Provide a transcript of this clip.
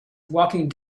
walking